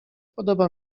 podoba